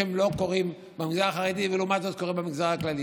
שלא קורים במגזר החרדי ולעומת זאת קורים במגזר הכללי.